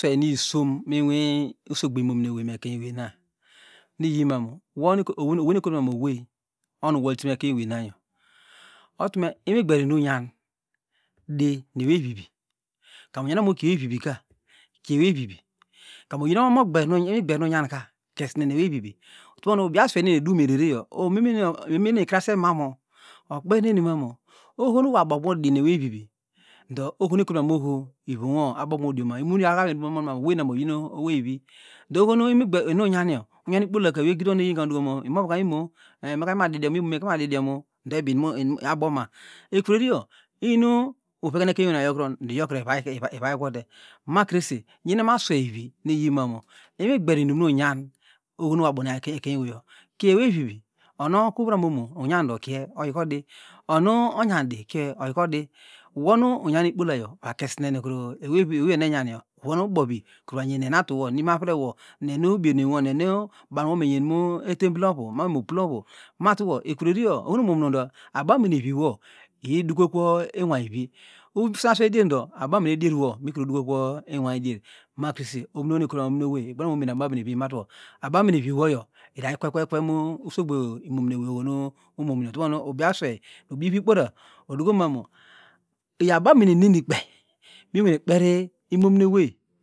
Sweynisom minwi usogbo imomine owei mekenyenina iyimam uonu oweynu ekotumomovey okunuuolyitemu ekeny eweynanu otume imigberinummu imyan di muewey vivi kamu unyanukunu mu kie ewey vivi kie eweivivi kamu oyin onogber nu unyanka kesne nueweyvivi utomokuru ubiaswey nu eniedumerere omemen krasomarmu okpernenimamu ohonuwoabokuna udinuevivi ndo oho nu ekotumam oho ivomioo abokumu modioma imominewey abokunu emonmamu oweyina oyina oweyvi ndo ohonu inugbe inu unyanio ikpola ewey egidi woyinka mudukomu imovuka imo enh mekamididiom imomeka emadidiomo ndo ebi aboma ekureriyo iyinu uvekeken ekenyewey nina uyokuron ndo iyokre waikwote makrese nyenamaswevvi nuyi mamu imigberinunmi unyan ohonu woabome ekeny eweyo kie ewewivi onuokwrurano unyan ndo kie oyika odi onuonyandi kie oyika odi wonu unyanikpolayo vakesne nu eweyonu enyaniyo vonu ubovi kruvo nyen nuenatuwo kru imoavrewo ne nu ubienenwo nenu bawnuo enyen mu etemble ovu mamo uploovu matubo ekureriyo ohonu umomunu do abameneviwo iyi dukokuwo inwayvi uswey aswey dier do abamenedierwo midukokuwo inway dier makrese ominowey ekotumam ominowey ikpon okunu omene abamene vi matwo abamoneviwoyo ida kweke ekwe musogbo imominewey ohonu umomunu ulomokunu ubi aswey ubi ivikpora odukomamu iyabamenenenikpey inwene kperi imominoewey.